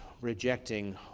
rejecting